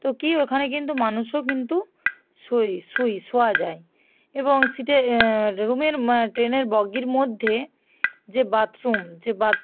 তো কী ওখানে কিন্তু মানুষও কিন্তু শোয় শুই শোয়া যায় এবং সিটে র্ রুমের ট্রেনের বগির মধ্যে যে বাথরুম যে বাথ